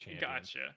Gotcha